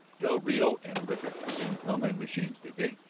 del rio and rickard didn't come in machines did they?